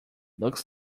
looks